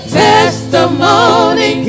testimony